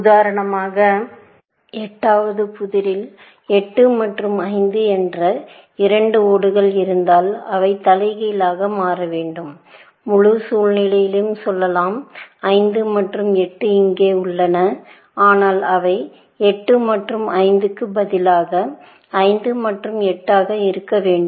உதாரணமாக 8 வது புதிரில் 8 மற்றும் 5 என்ற இரண்டு ஓடுகள் இருந்தால்அவை தலைகீழாக மாற வேண்டும் முழு சூழ்நிலையிலும் சொல்லலாம் 5 மற்றும் 8 இங்கே உள்ளன ஆனால் அவை 8 மற்றும் 5 க்கு பதிலாக 5 மற்றும் 8 ஆக இருக்க வேண்டும்